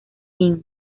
inc